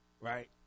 Right